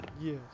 yes